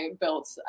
built